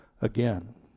again